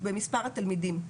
במספר התלמידים,